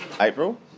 April